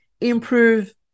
improve